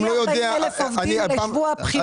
אין לי 40,000 עובדים לשבוע הבחירות.